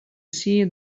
see